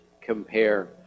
compare